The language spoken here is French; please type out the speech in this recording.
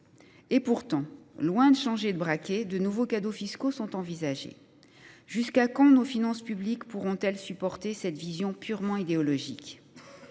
Pourtant, loin de changer de braquet, de nouveaux cadeaux fiscaux sont envisagés. Jusqu’à quand nos finances publiques pourront elles supporter cette vision purement idéologique ?